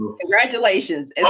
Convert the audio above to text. Congratulations